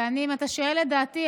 ואם אתה שואל את דעתי,